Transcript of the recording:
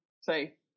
say